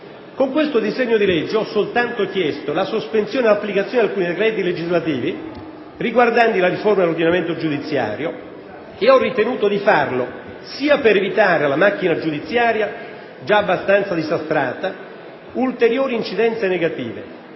Con il disegno di legge in esame ho soltanto chiesto la sospensione dell'applicazione di alcuni decreti legislativi riguardanti la riforma dell'ordinamento giudiziario ed ho ritenuto di farlo sia per evitare alla macchina giudiziaria, già abbastanza disastrata, ulteriori incidenze negative,